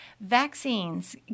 Vaccines